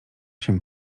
się